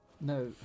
No